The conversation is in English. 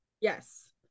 Yes